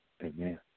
Amen